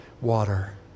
water